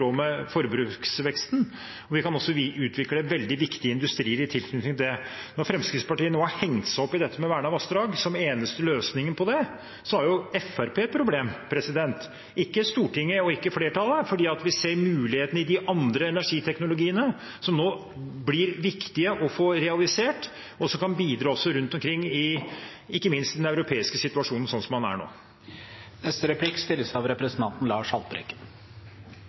med forbruksveksten. Vi kan også utvikle veldig viktige industrier i tilknytning til det. Når Fremskrittspartiet nå har hengt seg opp i dette med vernede vassdrag som eneste løsning på det, er det jo Fremskrittspartiet som har et problem, ikke Stortinget og ikke flertallet, for vi ser muligheten i de andre energiteknologiene, som nå blir viktige å få realisert, og som kan bidra også rundt omkring, ikke minst slik den europeiske situasjonen er nå. Vi hørte akkurat nå at man blir mer naturverner av